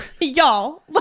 y'all